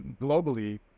globally